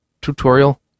tutorial